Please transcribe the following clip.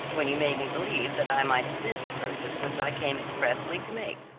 when you made me believe that i might have missed the purchase which i came expressly to make.